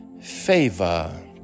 favor